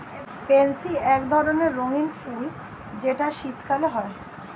pansy এক ধরণের রঙ্গীন ফুল যেটা শীতকালে হয়